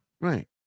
Right